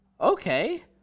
okay